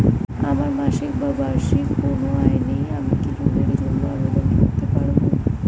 আমার মাসিক বা বার্ষিক কোন আয় নেই আমি কি লোনের জন্য আবেদন করতে পারব?